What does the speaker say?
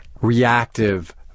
reactive